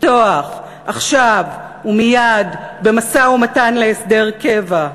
לפתוח עכשיו ומייד במשא-ומתן להסדר קבע.